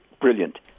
brilliant